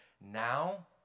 now